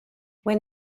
when